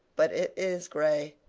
but it is gray.